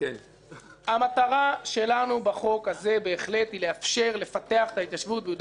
המטרה שלנו בחוק הזה היא לאפשר לפתח את ההתיישבות ביהודה ושומרון.